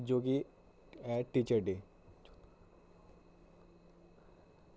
जो कि ऐ टीचर डे